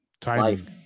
timing